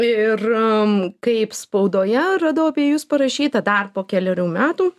ir m kaip spaudoje radau apie jus parašyta dar po kelerių metų